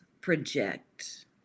project